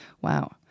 Wow